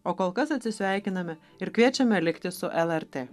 o kol kas atsisveikiname ir kviečiame likti su el er tė